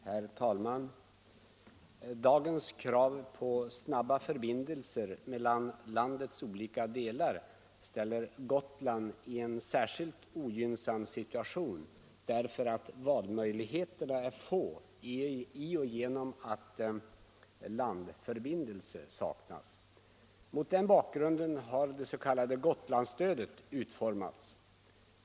Herr talman! Dagens krav på snabba förbindelser mellan landets olika delar ställer Gotland i en särskilt ogynnsam situation, därför att valmöjligheterna är få på grund av att en landförbindelse saknas. Mot den bakgrunden har det s.k. Gotlandsstödet utformats.